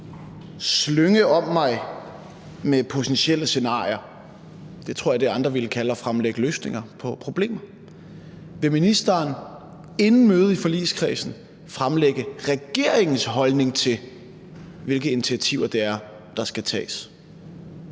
slynge om sig med potentielle scenarier – det tror jeg er det, andre ville kalde at fremlægge løsninger på et problem. Vil ministeren inden mødet i forligskredsen fremlægge regeringens holdning til, hvilke initiativer det er, der skal tages?